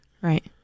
Right